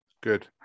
Good